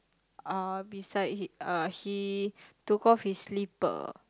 uh beside he uh he took off his slipper